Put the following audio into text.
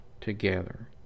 together